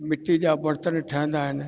मिटी जा बरतन ठहंदा आहिनि